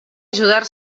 ajudar